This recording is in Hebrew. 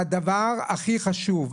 והדבר הכי חשוב,